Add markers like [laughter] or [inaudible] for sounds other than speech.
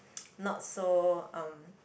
[noise] not so um